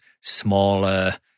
smaller